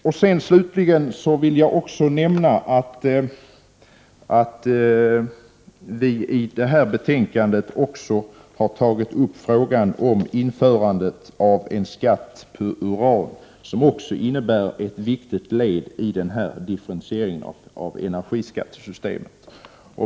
Allra sist vill jag nämna att vi i detta betänkande också har tagit upp frågan om införandet av skatt på uran, vilket också innebär ett viktigt led i differentieringen av energiskattesystemet.